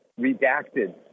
redacted